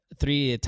three